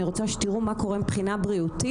אני רוצה שתראו מה קורה מבחינה בריאותית,